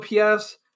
OPS